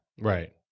Right